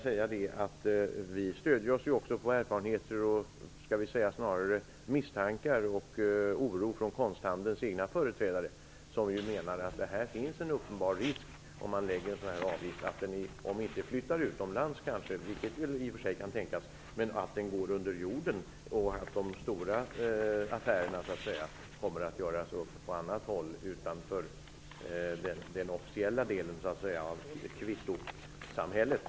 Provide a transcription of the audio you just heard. Men vi stöder oss på erfarenheter eller snarare misstankar och oro från konsthandelns egna företrädare, som menar att det med en sådan här avgift finns en uppenbar risk för att de, om de inte flyttar utomlands, vilket kanske i och för sig kan tänkas, går under jorden. De stora affärerna kommer då att göras upp på annat håll utanför den officiella delen av kvittosamhället.